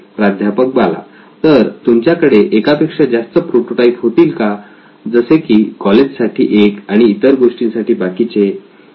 प्राध्यापक बाला तर तुमच्याकडे एकापेक्षा जास्त प्रोटोटाइप होतील का जसे की कॉलेज साठी एक आणि इतर गोष्टींसाठी बाकीचे